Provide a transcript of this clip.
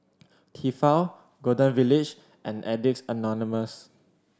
Tefal Golden Village and Addicts Anonymous